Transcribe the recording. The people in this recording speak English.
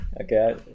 Okay